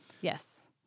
Yes